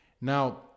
Now